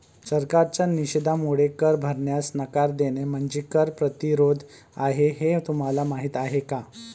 सरकारच्या निषेधामुळे कर भरण्यास नकार देणे म्हणजे कर प्रतिरोध आहे हे तुम्हाला माहीत आहे का